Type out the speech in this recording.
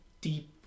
deep